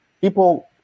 people